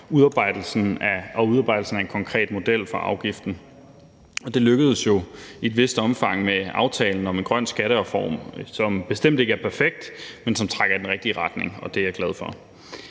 og udarbejdelsen af en konkret model for afgiften. Det lykkedes jo i et vist omfang med aftalen om en grøn skattereform, som bestemt ikke er perfekt, men som trækker i den rigtige retning, og det er jeg glad for.